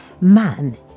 Man